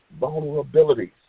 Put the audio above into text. vulnerabilities